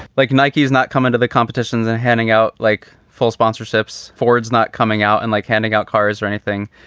like nike's not come into the competitions and handing out like full sponsorships. ford's not coming out and like handing out cars or anything.